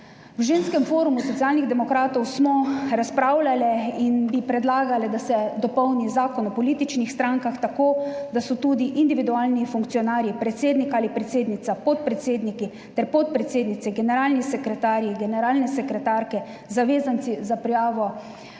V Ženskem forumu Socialnih demokratov smo razpravljale in bi predlagale, da se dopolni Zakon o političnih strankah tako, da so tudi individualni funkcionarji (predsednik ali predsednica, podpredsedniki ter podpredsednice, generalni sekretarji, generalne sekretarke) zavezanci za prijavo